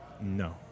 No